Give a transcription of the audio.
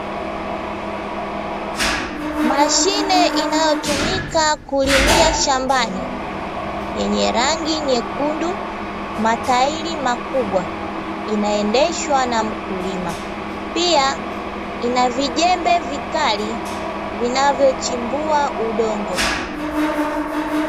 Mashine inayotumika kulimia shambani, yenye rangi nyekundu, matairi makubwa, inaendeshwa na mkulima, pia ina vijembe vikali vinavyochimbua udongo.